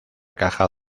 caja